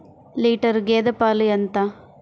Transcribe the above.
Litre గేదె పాలు ఎంత?